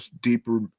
deeper